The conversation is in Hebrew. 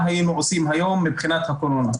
מה היינו עושים היום מבחינת הקורונה.